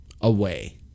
away